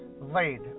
laid